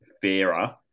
fairer